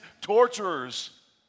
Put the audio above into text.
torturers